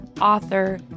author